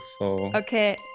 Okay